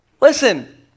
Listen